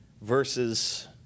versus